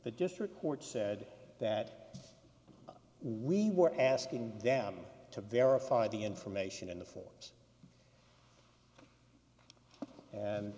the district court said that we were asking them to verify the information in the forms